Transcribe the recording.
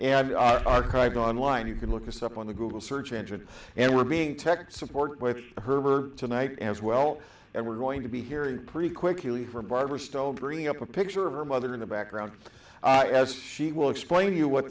and archived online you can look this up on the google search engine and we're being tech support which i heard tonight as well and we're going to be hearing pretty quickly from barbara still bringing up a picture of her mother in the background as she will explain to you what